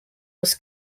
was